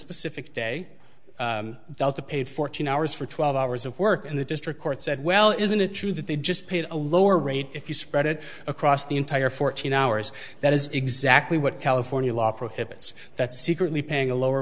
specific day delta paid fourteen hours for twelve hours of work and the district court said well isn't it true that they just paid a lower rate if you spread it across the entire fourteen hours that is exactly what california law prohibits that's secretly paying a lower